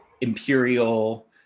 imperial